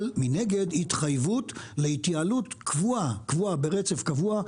מנגד יש התחייבות להתייעלות קבועה, ברצף קבוע,